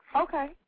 Okay